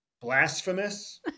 blasphemous